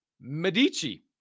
medici